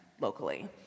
locally